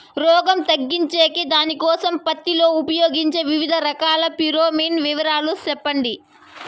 రోగం తగ్గించేకి దానికోసం పత్తి లో ఉపయోగించే వివిధ రకాల ఫిరోమిన్ వివరాలు సెప్పండి